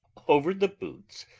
over the boots!